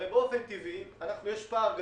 הרי באופן טבעי, יש פער גדול,